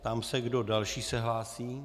Ptám se, kdo další se hlásí.